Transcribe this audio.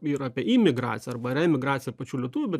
ir apie imigraciją arba reemigraciją pačių lietuvių bet